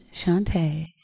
Shantae